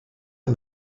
and